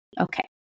Okay